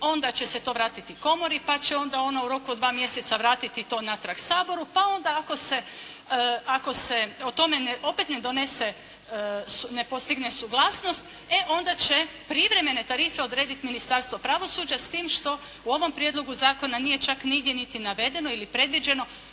onda će se to vratiti komori, pa će onda ona u roku od 2 mjeseca vratiti to natrag Saboru, pa onda ako se o tome opet ne donese, ne postigne suglasnost e onda će privremene tarife odrediti Ministarstvo pravosuđa s tim što u ovom prijedlogu zakona nije čak nigdje niti navedeno ili predviđeno